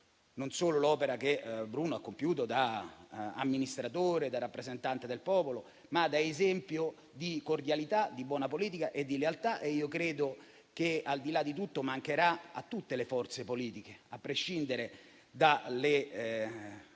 non solo l'opera che Bruno ha compiuto da amministratore e da rappresentante del popolo, ma anche il suo esempio di cordialità, di buona politica e di lealtà. Credo che al di là di tutto mancherà a tutte le forze politiche, a prescindere dalle